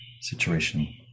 situation